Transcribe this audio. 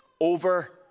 over